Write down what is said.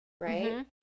right